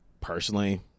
personally